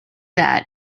that